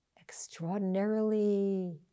extraordinarily